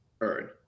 earn